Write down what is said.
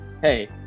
hey